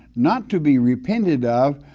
not to be repented of,